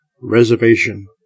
Reservation